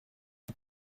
die